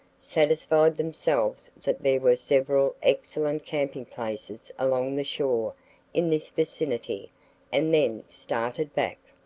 satisfied themselves that there were several excellent camping places along the shore in this vicinity and then started back.